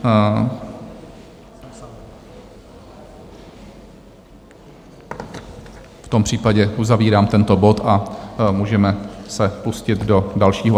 V tom případě uzavírám tento bod a můžeme se pustit do dalšího.